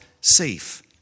safe